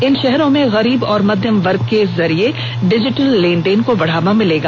इन शहरों में गरीब और मध्यम वर्ग के जरिये डिजिटल लेन देन को बढ़ावा मिलेगा